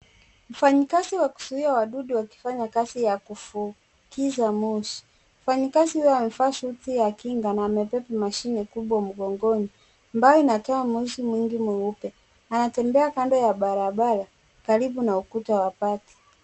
Mfanyikazi wa kuzuia wadudu wakifanya kazi ya kufukiza moshi, mfanyikazi huyu amevaa suti ya kinga na amebeba mashine kubwa mgongoni ambayo inatoa moshi mwingi mweupe, anatembea kando ya barabara karibu na ukuta wa pate.